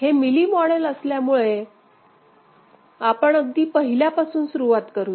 हे Mealy model असल्यामुळे आपण अगदी पहिल्या पासून सुरुवात करुया